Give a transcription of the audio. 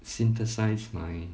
synthesise my